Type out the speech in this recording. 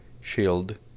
Shield